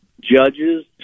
Judges